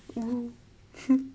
oo